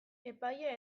epaia